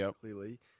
clearly